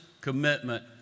commitment